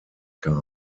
kam